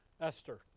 Esther